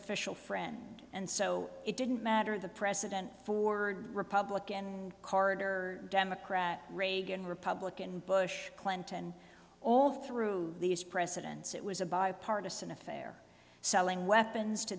official friend and so it didn't matter the president ford republican carter democrat reagan republican bush clinton all through these presidents it was a bipartisan affair selling weapons to